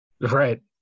Right